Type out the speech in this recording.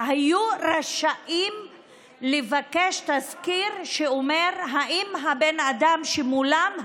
היו רשאים לבקש תזכיר שאומר אם הבן אדם שמולם,